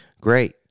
Great